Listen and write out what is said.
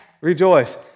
Rejoice